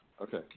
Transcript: Okay